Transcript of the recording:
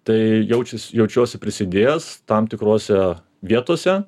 tai jaučiasi jaučiuosi prisidėjęs tam tikrose vietose